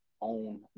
own